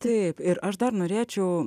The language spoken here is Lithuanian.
taip ir aš dar norėčiau